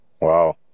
Wow